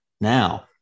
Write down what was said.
now